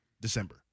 December